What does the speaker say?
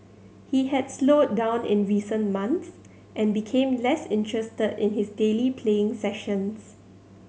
he had slowed down in recent months and became less interested in his daily playing sessions